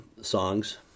songs